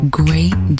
great